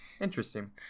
interesting